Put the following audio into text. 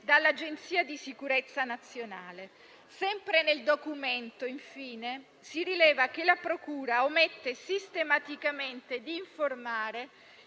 dall'agenzia di sicurezza nazionale. Sempre nel documento, infine, si rileva che la procura omette sistematicamente di informare